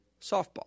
softball